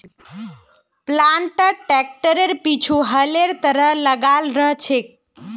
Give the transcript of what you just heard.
planter ट्रैक्टरेर पीछु हलेर तरह लगाल रह छेक